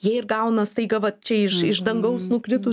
jie ir gauna staiga va čia iš dangaus nukrito